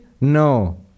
No